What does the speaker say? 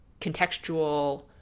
contextual